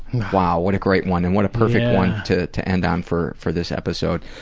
and wow what a great one. and what a perfect one to to end on for for this episode.